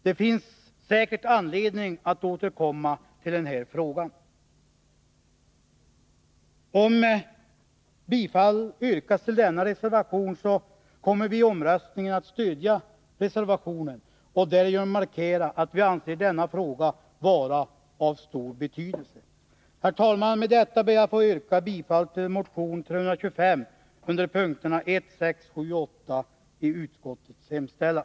Det finns säkert anledning att återkomma till detta. Om bifall yrkas till reservationen, kommer vi vid omröstningen att stödja denna. Därigenom markerar vi att vi anser frågan vara av stor betydelse. Herr talman! Med det anförda ber jag att få yrka bifall till motion 325, p. 1, 6, 7 och 8 i utskottets hemställan.